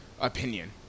opinion